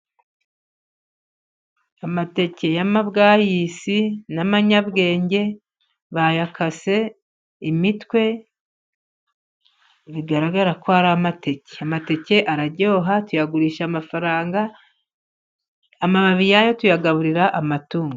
Amateke y'amabwayisi n'amanyabwenge bayakase imitwe. Bigaragara ko ari amateke. Amateke araryoha, tuyagurisha amafaranga, amababi yayo tuyagaburira amatungo.